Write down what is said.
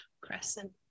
Crescent